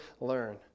learn